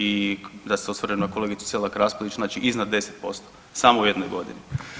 I da se osvrnem na kolegicu Selak Raspudić znači iznad 10% samo u jednoj godini.